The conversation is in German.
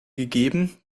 gegeben